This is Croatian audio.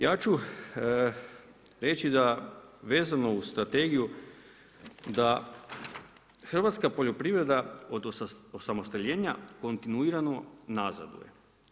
Ja ću reći da vezano uz strategiju da hrvatska poljoprivreda od osamostaljenja kontinuirano nazaduje.